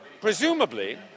Presumably